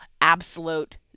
absolute